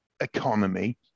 economy